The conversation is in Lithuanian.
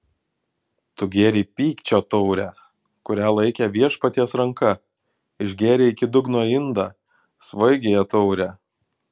tu gėrei pykčio taurę kurią laikė viešpaties ranka išgėrei iki dugno indą svaigiąją taurę